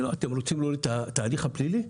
אתם רוצים להוריד את ההליך הפלילי?